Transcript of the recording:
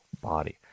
body